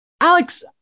Alex